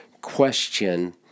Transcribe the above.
question